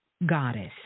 Goddess